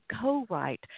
co-write